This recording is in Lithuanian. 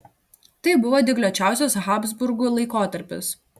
tai buvo dygliuočiausias habsburgų laikotarpis